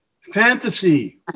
fantasy